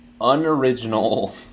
unoriginal